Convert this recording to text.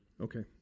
Okay